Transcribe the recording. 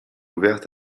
ouvertes